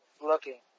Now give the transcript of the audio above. looking